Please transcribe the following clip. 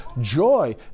joy